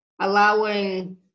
allowing